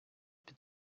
під